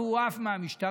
נכון, הוא עף מהמשטרה.